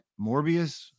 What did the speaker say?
Morbius